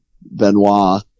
Benoit